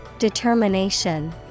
Determination